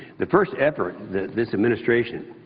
the first effort that this administration,